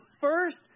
first